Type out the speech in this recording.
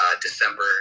December